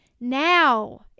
now